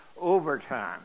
overtime